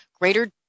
greater